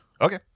Okay